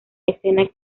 escena